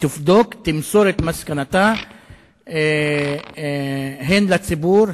שתבדוק ותמסור את מסקנותיה הן לציבור,